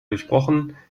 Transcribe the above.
durchbrochen